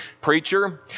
preacher